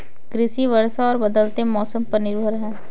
कृषि वर्षा और बदलते मौसम पर निर्भर है